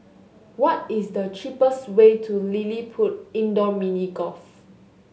what is the cheapest way to LilliPutt Indoor Mini Golf